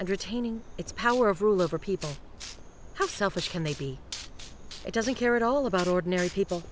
retaining its power of rule over people how selfish can they be it doesn't care at all about ordinary people